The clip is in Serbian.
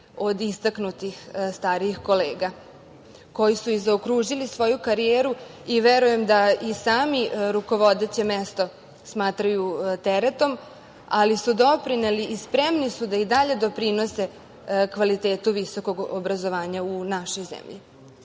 od istaknutih starijih kolega, koji su zaokružili svoju karijeru i verujem da i sami rukovodeće mesto smatraju teretom, ali su doprineli, i spremni su da i dalje doprinose kvalitetu visokog obrazovanja u našoj zemlji,